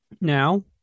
Now